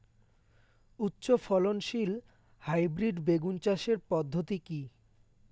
উচ্চ ফলনশীল হাইব্রিড বেগুন চাষের পদ্ধতি কী?